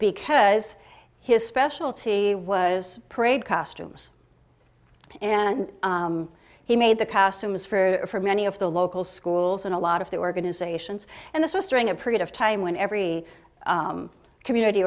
because his specialty was prayed costumes and he made the costumes for many of the local schools and a lot of the organizations and this was during a period of time when every community